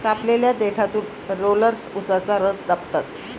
कापलेल्या देठातून रोलर्स उसाचा रस दाबतात